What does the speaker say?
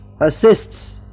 assists